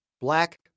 Black